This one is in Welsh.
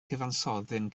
cyfansoddyn